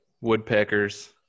Woodpeckers